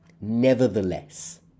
nevertheless